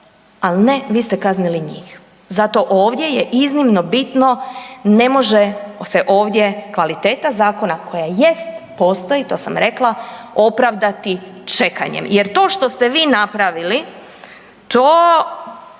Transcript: ali ne, vi ste kaznili njih. Zato ovdje je iznimno bitno, ne može se ovdje kvaliteta zakona koja jest, postoji, to sam rekla, opravdati čekanjem jer to što ste vi napravili, to